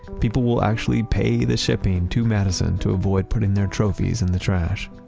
people will actually pay the shipping to madison to avoid putting their trophies in the trash.